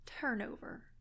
turnover